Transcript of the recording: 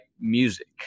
music